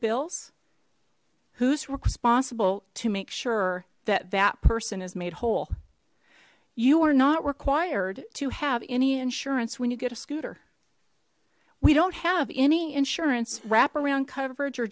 bills who's responsible to make sure that that person is made whole you are not required to have any insurance when you get a scooter we don't have any insurance wraparound coverage or